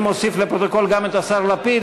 אני מוסיף לפרוטוקול גם את השר לפיד.